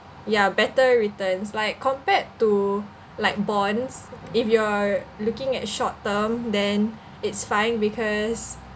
ya better returns like compared to like bonds if you are looking at short term then it's fine because